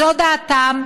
זו דעתם,